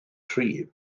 tri